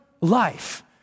life